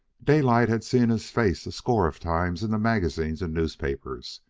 daylight had seen his face a score of times in the magazines and newspapers,